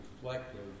reflective